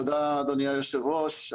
תודה אדוני היושב ראש,